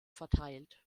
verteilt